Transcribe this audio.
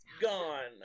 Gone